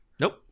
Nope